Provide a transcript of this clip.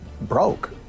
broke